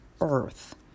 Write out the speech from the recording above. earth